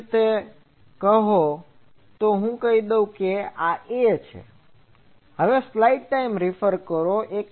સમાન રોતે તો હું કહી દઉં કે આ A છે